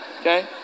Okay